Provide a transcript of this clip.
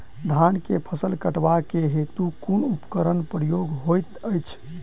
धान केँ फसल कटवा केँ हेतु कुन उपकरणक प्रयोग होइत अछि?